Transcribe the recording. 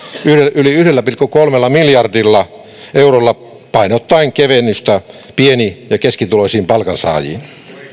yli yhdellä pilkku kolmella miljardilla eurolla painottaen kevennystä pieni ja keskituloisiin palkansaajiin